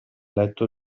letto